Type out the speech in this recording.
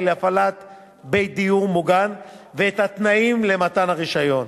להפעלת בית דיור מוגן ואת התנאים למתן הרשיון.